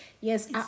yes